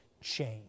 change